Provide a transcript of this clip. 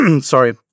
Sorry